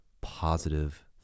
positive